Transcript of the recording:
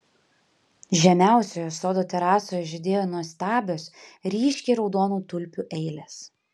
žemiausioje sodo terasoje žydėjo nuostabios ryškiai raudonų tulpių eilės